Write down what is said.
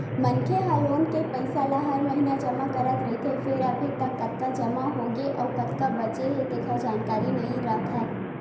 मनखे ह लोन के पइसा ल हर महिना जमा करत रहिथे फेर अभी तक कतका जमा होगे अउ कतका बाचे हे तेखर जानकारी नइ राखय